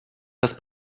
das